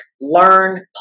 learn